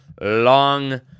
long